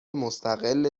مستقل